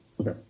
okay